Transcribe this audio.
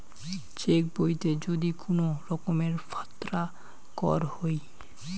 check বইতে যদি কুনো রকমের ফাত্রা কর হই